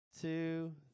two